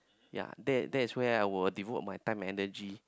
yea that that is ways I would devote my time energy